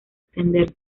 extenderse